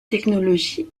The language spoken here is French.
technologie